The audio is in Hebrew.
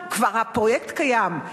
הפרויקט כבר קיים,